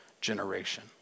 generation